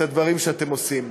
את הדברים שאתם עושים.